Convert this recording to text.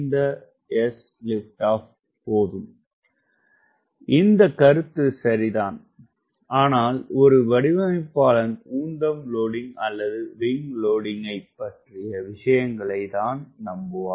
இந்த கான்செப்ட் சரி தான் ஆனால் ஒரு வடிவமைப்பாளன் உந்தம் லோடிங்க் அல்லது விங்க் லோடிங்க் விஷயங்களைத் தான் நம்புவார்